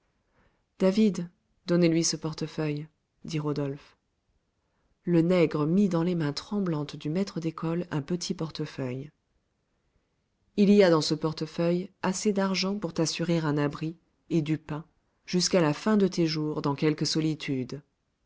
david donnez-lui ce portefeuille dit rodolphe le nègre mit dans les mains tremblantes du maître d'école un petit portefeuille il y a dans ce portefeuille assez d'argent pour t'assurer un abri et du pain jusqu'à la fin de tes jours dans quelque solitude